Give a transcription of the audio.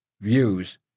views